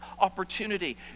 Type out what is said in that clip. opportunity